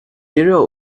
肌肉